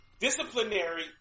Disciplinary